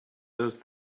those